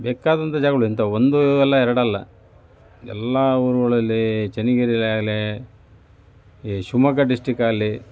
ಬೇಕಾದಂಥ ಜಾಗ ಇಂಥವು ಒಂದಲ್ಲ ಎರಡಲ್ಲ ಎಲ್ಲ ಊರುಗಳಲ್ಲಿ ಚೆನ್ನಗಿರಿಯಾಗಲಿ ಈ ಶಿವಮೊಗ್ಗ ಡಿಸ್ಟ್ರಿಕಲ್ಲಿ